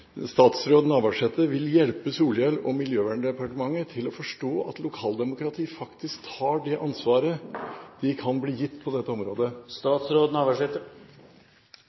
statsråd Navarsete vil hjelpe Solhjell og Miljøverndepartementet til å forstå at lokaldemokratiet faktisk tar det ansvaret det kan bli gitt på dette området.